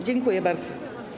Dziękuję bardzo.